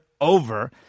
over